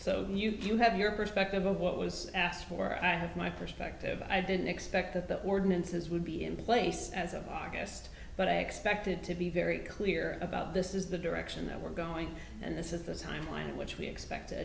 so you you have your perspective of what was asked for i have my perspective i didn't expect that the ordinances would be in place as of august but i expected to be very clear about this is the direction that we're going and this is the timeline in which we expect